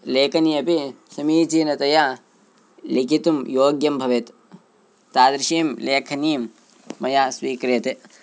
लेखनी अपि समीचीनतया लिखितुं योग्यं भवेत् तादृशीं लेखनीं मया स्वीक्रियते